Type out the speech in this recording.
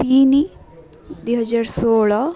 ତିନି ଦୁଇହଜାର ଷୋହଳ